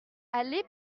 aller